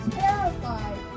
terrified